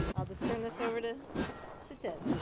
i'll just turn this over to to ted.